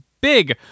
big